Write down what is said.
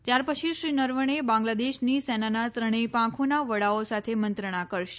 ત્યાર પછી શ્રી નરવણે બાંઝ્લાદેશની સેનાના ત્રણેય પાંખોના વડાઓ સાથે મંત્રણા કરશે